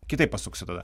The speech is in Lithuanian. kitaip pasuksiu tada